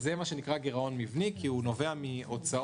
זה מה שנקרא "גירעון מבני" כי הוא נובע מהוצאות